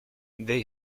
they